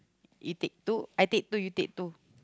you take two I take two you take two